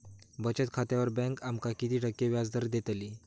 बचत खात्यार बँक आमका किती टक्के व्याजदर देतली?